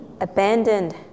abandoned